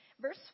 verse